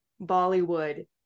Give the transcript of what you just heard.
Bollywood